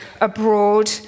abroad